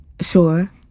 Sure